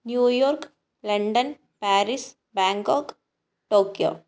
New York London Paris Bangkok Tokyo